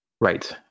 Right